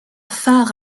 phare